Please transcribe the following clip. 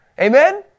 Amen